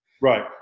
Right